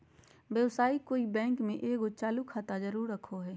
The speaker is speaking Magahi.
व्यवसायी कोय बैंक में एगो चालू खाता जरूर रखो हइ